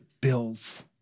bills